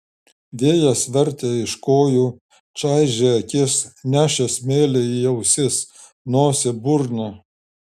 vėjas vertė iš kojų čaižė akis nešė smėlį į ausis nosį burną